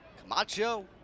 Camacho